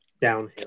downhill